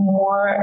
more